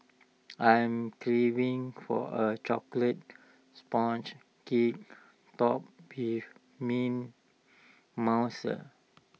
I'm craving for A Chocolate Sponge Cake Topped Mint Mousse